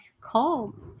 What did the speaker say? calm